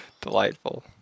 Delightful